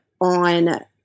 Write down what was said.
on